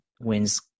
wins